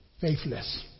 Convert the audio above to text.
faithless